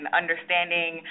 understanding